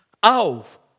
auf